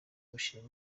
gushima